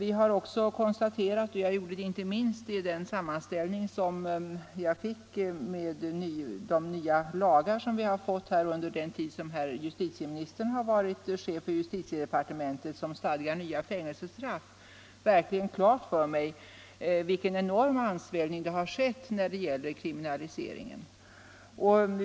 Inte minst genom den sammanställning jag fick över de nya lagar som stadgar fängelsestraff och som tillkommit under den tid herr justitieministern Geijer varit chef för justitiedepartementet kunde jag konstatera vilken enorm ansvällning som har skett när det gäller kriminaliseringen.